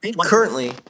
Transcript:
Currently